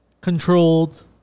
controlled